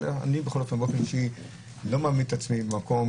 אני באופן אישי לא מעמיד את עצמי במקום